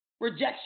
rejection